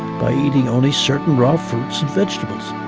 by eating only certain raw fruits and vegetables.